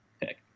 pick